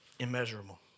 Immeasurable